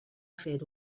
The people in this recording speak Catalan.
fer